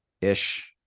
Ish